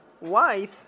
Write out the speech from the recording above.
wife